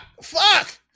fuck